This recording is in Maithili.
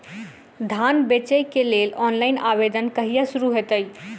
धान बेचै केँ लेल ऑनलाइन आवेदन कहिया शुरू हेतइ?